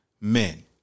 men